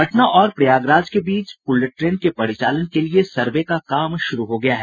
पटना और प्रयागराज के बीच बुलेट ट्रेन के परिचालन के लिए सर्वे का काम शुरू हो गया है